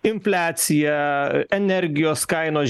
infliacija energijos kainos